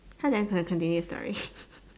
how can I continue the story